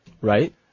Right